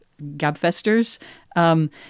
Gabfesters